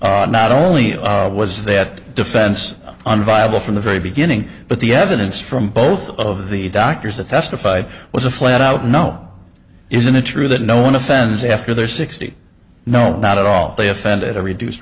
not only are was that defense on viable from the very beginning but the evidence from both of the doctors that testified was a flat out no isn't it true that no one offends after their sixty no not at all they offend at a reduced